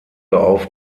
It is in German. auf